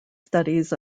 studies